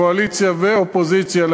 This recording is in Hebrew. קואליציה ואופוזיציה,